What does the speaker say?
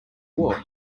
walk